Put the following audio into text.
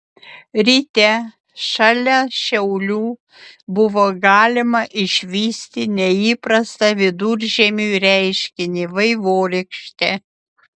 ryte šalia šiaulių buvo galima išvysti neįprastą viduržiemiui reiškinį vaivorykštę